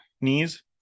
knees